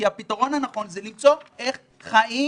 כי הפתרון הנכון הוא למצוא איך חיים